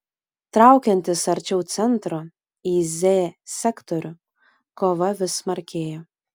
traukiantis arčiau centro į z sektorių kova vis smarkėjo